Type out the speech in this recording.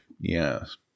Yes